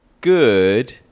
good